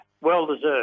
Well-deserved